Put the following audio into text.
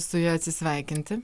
su ja atsisveikinti